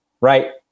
right